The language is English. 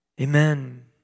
Amen